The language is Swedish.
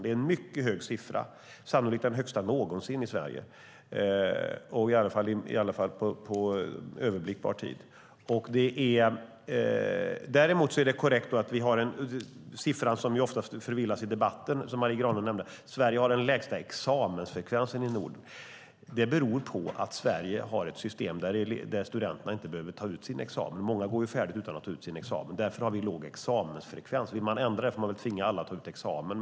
Det är en mycket hög siffra, sannolikt den högsta någonsin i Sverige - i alla fall under överblickbar tid. Däremot finns en siffra som oftast förvillar debatten, som Marie Granlund nämnde, nämligen att Sverige har den lägsta examensfrekvensen i Norden. Det beror på att Sverige har ett system där studenterna inte behöver ta ut sin examen. Många går färdigt utbildningen utan att ta ut sin examen. Därför har Sverige låg examensfrekvens. Om vi vill ändra på den får vi väl tvinga alla att ta ut examen.